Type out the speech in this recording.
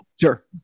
Sure